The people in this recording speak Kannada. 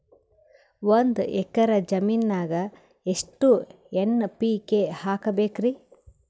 ಒಂದ್ ಎಕ್ಕರ ಜಮೀನಗ ಎಷ್ಟು ಎನ್.ಪಿ.ಕೆ ಹಾಕಬೇಕರಿ?